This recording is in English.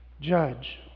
judge